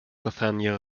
nathanael